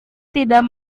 tidak